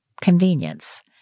Convenience